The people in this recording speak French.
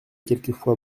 quelquefois